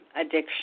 addiction